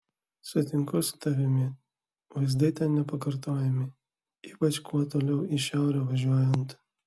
sutinku su tavimi vaizdai ten nepakartojami ypač kuo toliau į šiaurę važiuojant